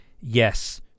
yes